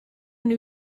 new